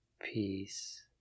Peace